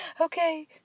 Okay